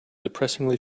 depressingly